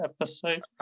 episode